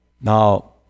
Now